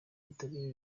bitabiriye